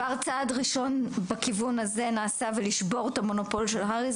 אז כבר צעד ראשון בכיוון הזה נעשה בלשבור את המונופול של הר"י,